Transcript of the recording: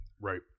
Right